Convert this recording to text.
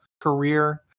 career